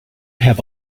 have